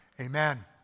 Amen